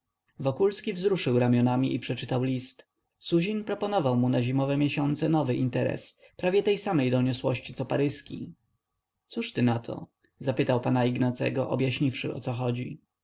wokulski wzruszył ramionami i przeczytał list suzin proponował mu na zimowe miesiące nowy interes prawie tej samej doniosłości co paryski cóż ty na to zapytał pana ignacego objaśniwszy o co chodzi